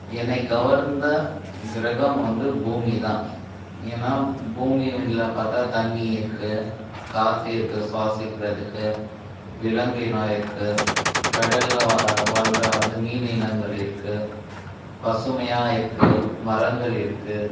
என்னைக் கவர்ந்த கிரகம் வந்து பூமி தான் ஏன்னா பூமிவின்ல பார்த்தா தண்ணிர் இருக்கு காற்று இருக்கு சுவாசிக்கிறதுக்கு விலங்கு இனம் இருக்கு கடலில் வாழ்கிற வந்து மீன் இனங்கள் இருக்கு பசுமையாக இருக்கு மரங்கள் இருக்கு